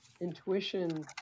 intuition